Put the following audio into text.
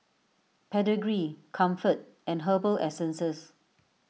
Pedigree Comfort and Herbal Essences